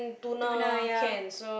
tuna ya